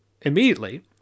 Immediately